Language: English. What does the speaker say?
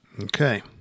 okay